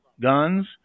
guns